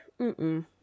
Mm-mm